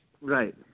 right